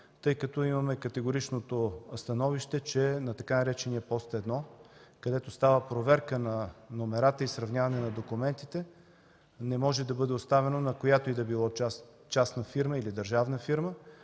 тъй като имаме категоричното становище, че на така наречения „пост 1”, където става проверка на номерата и сравняването на документите, работата не може да бъде оставена на която и да е частна или държавна фирма,